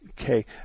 Okay